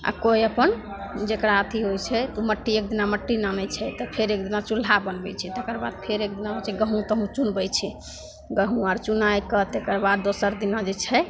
आओर कोइ अपन जकरा अथी होइ छै ओ अपन मट्टी एक दिना मट्टी आनै छै तऽ फेर एक दिना चुल्हा बनबै छै तकर बाद फेर एक दिना होइ छै गहूम तहूम चुनबै छै गहूम आओर चुनैके तकर बाद दोसर दिना जे छै